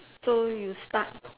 so you start